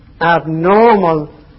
abnormal